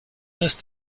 earth